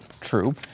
true